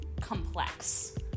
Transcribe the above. complex